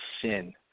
sin